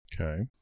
Okay